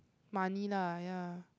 money lah ya